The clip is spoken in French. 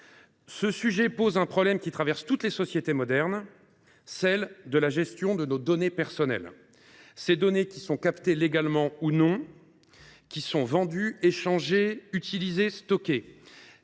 Ce sujet soulève une question qui traverse toutes les sociétés modernes : celle de la gestion de nos données personnelles, qui sont captées, légalement ou non, vendues, échangées, utilisées, stockées.